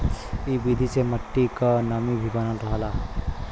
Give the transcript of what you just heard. इ विधि से मट्टी क नमी भी बनल रहला